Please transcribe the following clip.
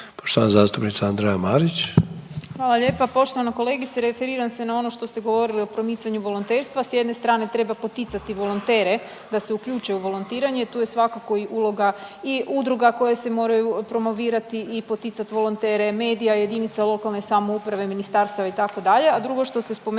Marić. **Marić, Andreja (SDP)** Hvala lijepa poštovana kolegice, referiram se na ono što ste govorili o promicanju volonterstva, s jedne strane treba poticati volontere da se uključe u volontiranje, tu je svakako i uloga i udruga koje se moraju promovirati i poticati volontere, medija, jedinice lokalne samouprave, ministarstava, itd.